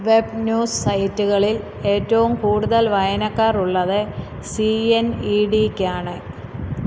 web news സൈറ്റുകളിൽ ഏറ്റവും കൂടുതൽ വായനക്കാറുള്ളത് സീ യെൻ ഈ ഡിയ്ക്കാണ്